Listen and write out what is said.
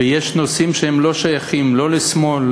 ויש נושאים שאינם שייכים לא לשמאל,